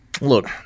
Look